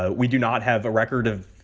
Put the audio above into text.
ah we do not have a record of,